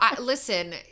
listen